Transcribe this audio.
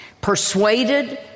persuaded